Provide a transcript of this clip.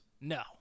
No